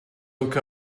look